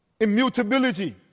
Immutability